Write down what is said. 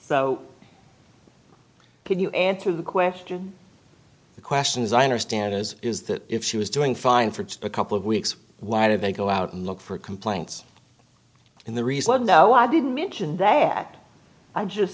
so can you answer the question the question as i understand is is that if she was doing fine for a couple of weeks why did they go out and look for complaints in the reason why i didn't mention that i just